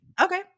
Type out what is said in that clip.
Okay